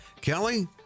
Kelly